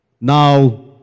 Now